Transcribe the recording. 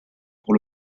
pour